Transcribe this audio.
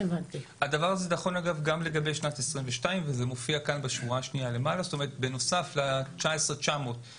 הדבר הזה נכון גם לגבי שנת 2022. בנוסף ל-19,900,000